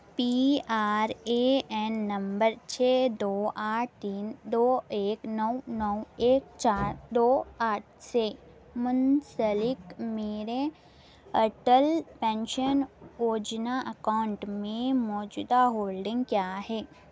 P R A N نمبر چھ دو آٹھ تین دو ایک نو نو ایک چار دو آٹھ سے منسلک میرے اٹل پینشن یوجنا اکاؤنٹ میں موجودہ ہولڈنگ کیا ہیں